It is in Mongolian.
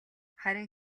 харин